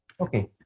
Okay